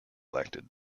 elected